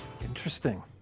Interesting